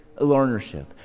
learnership